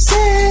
Say